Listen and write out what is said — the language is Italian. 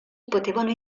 potevano